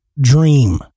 dream